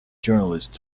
journalist